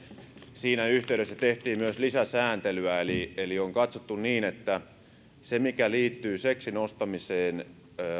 siinä yhteydessä tehtiin myös lisäsääntelyä eli eli on katsottu niin että se mikä liittyy seksin ostamiseen